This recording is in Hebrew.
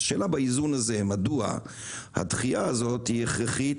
השאלה באיזון הזה מדוע הדחייה הזו היא הכרחית,